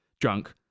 drunk